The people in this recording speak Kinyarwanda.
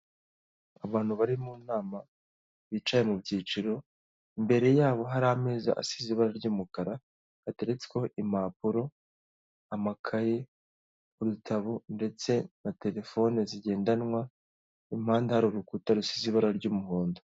Abantu bari mu nama bicaye mu byiciro, imbere yabo hari ameza asize ibara ry'umukara hateretsweho impapuro, amakayi, udutabo ndetse na terefoni zigendanwa, impande hari urukuta rusize ibara ry'umuhondo.